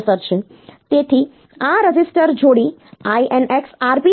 તેથી આ રજિસ્ટર જોડી INX Rp છે